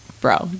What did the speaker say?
bro